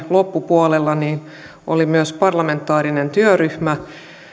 loppupuolella oli myös parlamentaarinen työryhmä